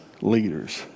leaders